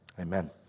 amen